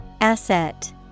Asset